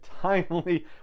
timely